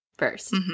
First